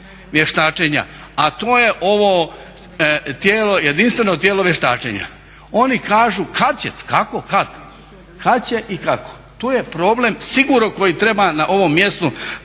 vještačenja, a to je ovo jedinstveno tijelo vještačenja. Oni kažu kad će, kako, kad, kad će i kako. To je problem sigurno koji treba na ovom mjestu